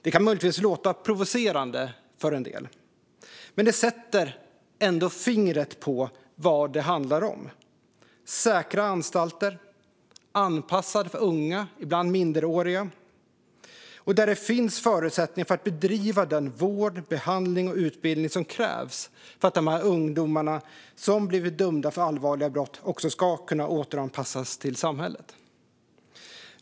Det kan möjligtvis låta provocerande för en del, men det sätter fingret på vad det handlar om: säkra anstalter, anpassade för unga, ibland minderåriga, där det finns förutsättningar för att bedriva den vård, behandling och utbildning som krävs för att dessa ungdomar, som blivit dömda för allvarliga brott, också ska kunna återanpassas till samhället.